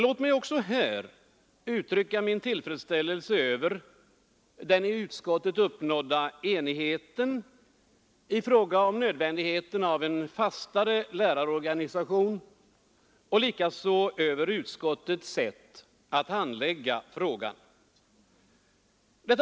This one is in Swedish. Låt mig också här uttrycka min tillfredsställelse över den i utskottet uppnådda enigheten i fråga om nödvändigheten av en fastare lärarorganisation och likaså över utskottets sätt att handlägga frågan.